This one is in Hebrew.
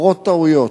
קורות טעויות.